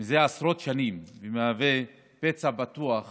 מזה עשרות שנים פצע פתוח